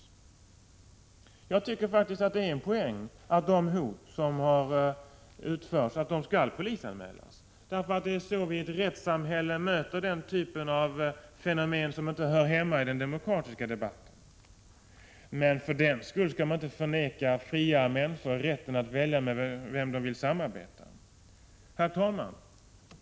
så löntagarfonderna Jag tycker faktiskt att det är en poäng att de hot som har utförts skall polisanmälas, eftersom det är på detta sätt som vi i ett rättssamhälle möter den typ av fenomen som inte hör hemma i den demokratiska debatten. Men för den skull skall man inte förvägra fria människor rätten att välja vem de vill samarbeta med. Herr talman!